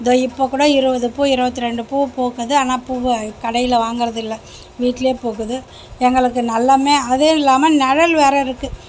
இதோ இப்போ கூட இருபது பூ இருபத்தி ரெண்டு பூ பூக்குது ஆனால் பூவு கடையில் வாங்கிறதில்ல வீட்டிலயே பூக்குது எங்களுக்கு நல்லமே அதுவும் இல்லாமல் நிழல் வேறு இருக்கு